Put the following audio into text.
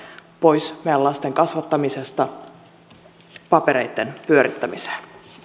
pois meidän lastemme kasvattamisesta papereitten pyörittämiseen